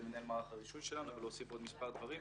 מנהל מערך הרישוי שלנו ולהוסיף עוד מספר דברים.